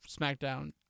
SmackDown